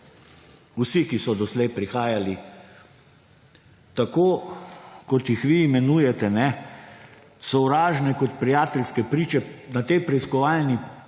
vsi, ki so doslej prihajali, tako kot jih vi imenujete, sovražne, kot prijateljske priče. Na tej preiskovalni